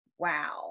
wow